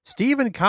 Stephen